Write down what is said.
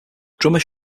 drummer